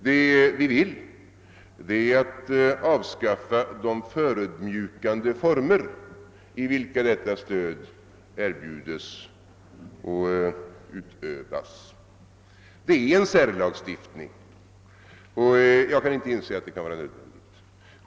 Vad vi vill är att avskaffa de förödmjukande former i vilka detta stöd erbjuds och utövas. Det gäller en särlagstiftning, och jag kan inte inse att en sådan är nödvändig på detta område.